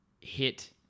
hit